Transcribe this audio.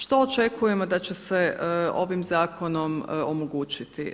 Što očekujemo da će se ovim zakonom omogućiti?